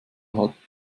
hat